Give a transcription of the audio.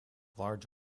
large